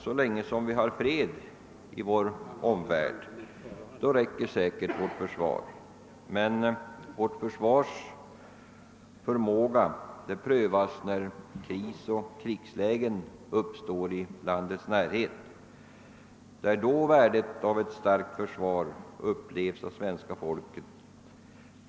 Så länge vi har fred i vår omvärld räcker säkerligen vårt försvar. Men vårt försvars förmåga prövas när krisoch krigslägen uppstår i landets närhet — det är då värdet av ett starkt försvar upplevs av svenska folket.